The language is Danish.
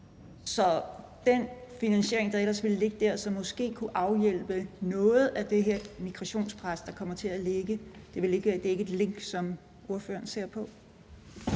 Så den finansiering, der ellers ville ligge der, og som måske kunne afhjælpe noget af det her migrationspres, der kommer til at ligge, er ikke et link, som ordføreren ser på?